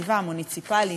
מתקציבה המוניציפלי,